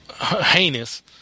heinous